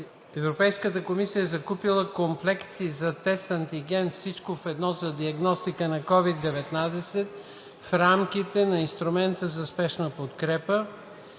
Европейската комисия е закупила комплекти за тест за антиген „всичко в едно“ за диагностика на COVID-19 в рамките на Инструмента за спешна подкрепа